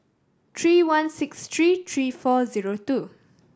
three one six three three four zero two